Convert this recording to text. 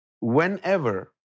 whenever